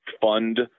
fund